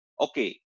okay